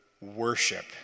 worship